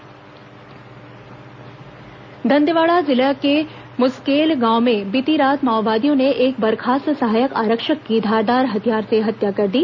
माओवादी समाचार दंतेवाड़ा जिले के मुसकेल गांव में बीती रात माओवादियों ने एक बर्खास्त सहायक आरक्षक की धारदार हथियार से हत्या कर दी